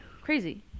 Crazy